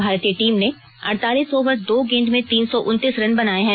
भारतीय टीम ने अड़तालीस ओवर दो गेंद में तीन सौ उन्तीस रन बनाये हैं